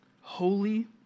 holy